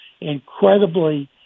incredibly